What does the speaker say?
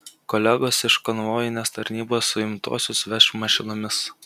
kolegos iš konvojinės tarnybos suimtuosius veš mašinomis